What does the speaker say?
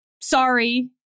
sorry